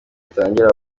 gitangira